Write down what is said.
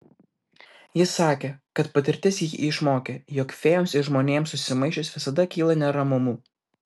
jis sakė kad patirtis jį išmokė jog fėjoms ir žmonėms susimaišius visada kyla neramumų